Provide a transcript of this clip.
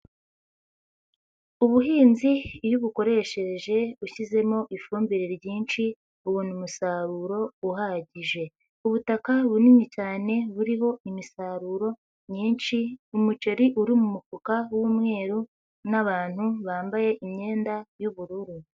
Ubuhinzi iyo ubukoreshereje ushyizemo ifumbire ryinshi ubona umusaruro uhagije. Ubutaka bunini cyane buriho imisaruro myinshi, umuceri uri mu mufuka w'umweru n'abantu bambaye imyenda y'ubururu.